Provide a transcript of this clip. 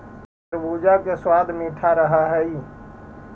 खरबूजा के सबाद मीठा रह हई